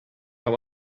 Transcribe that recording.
come